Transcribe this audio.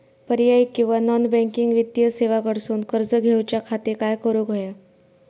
पर्यायी किंवा non banking वित्तीय सेवा कडसून कर्ज घेऊच्या खाती काय करुक होया?